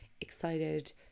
excited